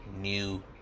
new